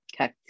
Okay